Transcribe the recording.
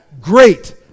great